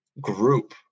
group